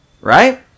Right